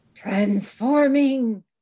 Transforming